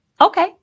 Okay